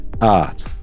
art